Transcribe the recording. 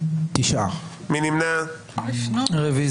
9 נמנעים, אין לא אושרו.